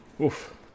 Oof